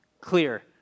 clear